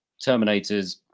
Terminators